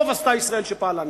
טוב עשתה ישראל שפעלה נגדם.